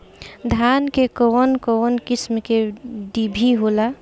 धान में कउन कउन किस्म के डिभी होला?